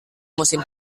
musim